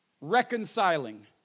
reconciling